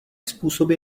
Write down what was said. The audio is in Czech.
způsoby